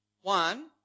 One